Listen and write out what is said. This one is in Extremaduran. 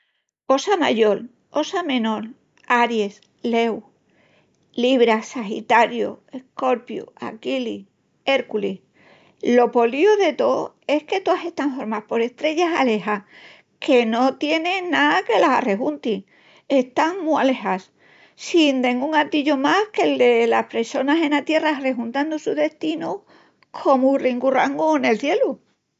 Ossa mayol, Ossa menol, Áries, Leu, Libra, Sagitariu, Escorpiu, Aquilis, Érculis. Lo políu de tó es que toas están hormás por estrellas alejás que no tien ná que las arrejunti, están mu alejás, sin dengún atillu más que'l delas pressonas ena Tierra arrejuntandu'l su destinu comu ringurrangus nel cielu.